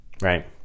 right